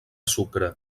sucre